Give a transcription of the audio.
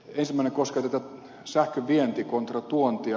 ensimmäinen koskee tätä sähkön vientiä kontra tuontia